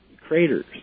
craters